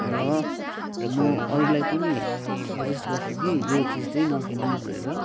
र म अरूलाई पनि सजेस्ट गर्छु कि यो चिज चै नकिन्नु भनेर